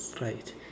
Right